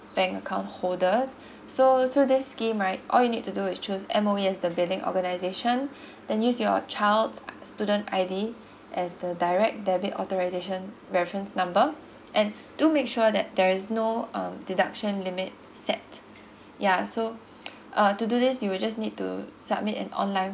bank account holder so through this game right all you need to do is choose M_O_E as the billing organization then use your child student I_D as the direct debit authorization reference number and do make sure that there is no um deduction limit set ya so uh to do this you will just need to submit an online form